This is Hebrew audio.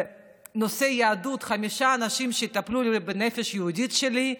בנושא יהדות חמישה אנשים יטפלו בנפש היהודית שלי,